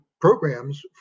programs